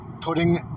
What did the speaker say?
putting